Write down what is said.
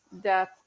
death